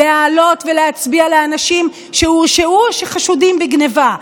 להעלות ולהצביע לאנשים שהורשעו או שחשודים בגנבה,